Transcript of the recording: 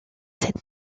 cette